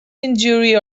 injury